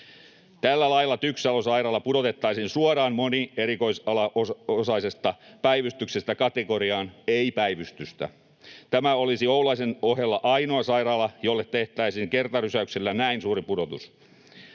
Tällä lailla TYKS Salon sairaala pudotettaisiin suoraan monierikoisalaisesta päivystyksestä kategoriaan ”ei päivystystä”. Tämä olisi Oulaisten ohella ainoa sairaala, jolle tehtäisiin kertarysäyksellä näin suuri pudotus.